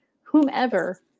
whomever